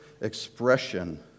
expression